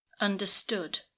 Understood